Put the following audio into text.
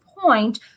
point